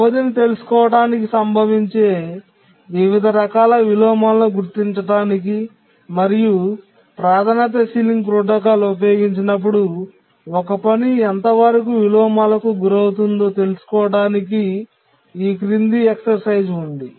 వ్యవధిని తెలుసుకోవడానికి సంభవించే వివిధ రకాల విలోమాలను గుర్తించడానికి మరియు ప్రాధాన్యత సీలింగ్ ప్రోటోకాల్ ఉపయోగించినప్పుడు ఒక పని ఎంతవరకు విలోమాలకు గురవుతుందో తెలుసుకోవడానికి క్రింద ఒక వ్యాయామం ఉంది